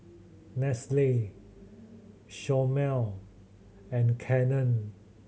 Nestle Chomel and Canon